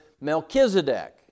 Melchizedek